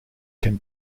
can